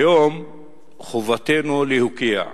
היום חובתנו להוקיע,